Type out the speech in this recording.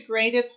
integrative